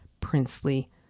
princely